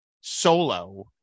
solo